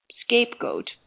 scapegoat